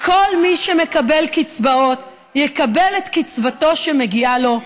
כל מי שמקבל קצבאות יקבל את קצבתו שמגיעה לו,